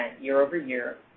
year-over-year